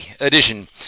edition